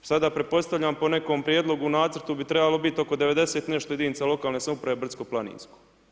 Sada pretpostavljam po nekom prijedlogu, nacrtu bi trebalo biti oko 90 i nešto jedinica lokalne samouprave brdsko-planinsko.